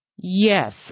Yes